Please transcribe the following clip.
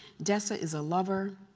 dessa is a lover,